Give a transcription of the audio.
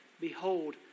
Behold